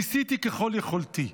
ניסיתי ככל יכולתי.